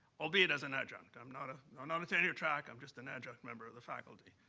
albeit as an adjunct. i'm not ah on on a tenure track. i'm just an adjunct member of the faculty.